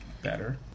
Better